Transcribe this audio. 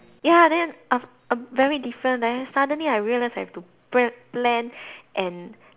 ya then af~ af~ very different leh suddenly I realised I have to pl~ plan and